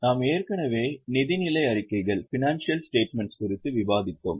நாம் ஏற்கனவே நிதிநிலை அறிக்கைகள் குறித்து விவாதித்தோம்